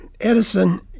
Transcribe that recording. Edison